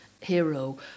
hero